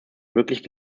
wirklich